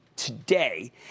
Today